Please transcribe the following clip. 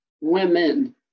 women